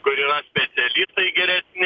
kur yra specialistai geresni